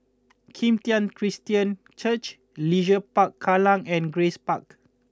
Kim Tian Christian Church Leisure Park Kallang and Grace Park